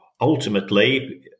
ultimately